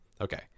Okay